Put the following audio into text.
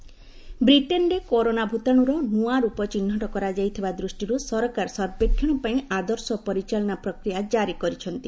ଗଭ୍ surveillance SOP ବ୍ରିଟେନ୍ରେ corona ଭୂତାଣୁର ନୂଆ ରୂପ ଚିହ୍ନଟ କରାଯାଇଥିବା ଦୃଷ୍ଟିରୁ ସରକାର ସର୍ବେକ୍ଷଣ ପାଇଁ ଆଦର୍ଶ ପରିଚାଳନା ପ୍ରକ୍ରିୟା ଜାରି କରିଛନ୍ତି